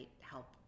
help